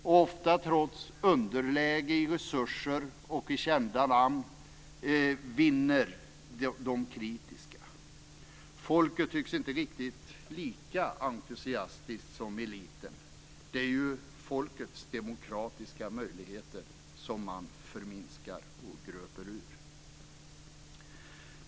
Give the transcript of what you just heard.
Ofta vinner, trots underläge i resurser och i kända namn, de kritiska. Folket tycks inte riktigt vara lika entusiastiskt som eliten. Det är ju folkets demokratiska möjligheter som man förminskar och gröper ur.